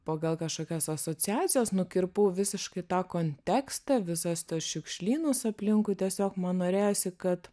pagal kažkokias asociacijas nukirpau visiškai tą kontekstą visas tuos šiukšlynus aplinkui tiesiog man norėjosi kad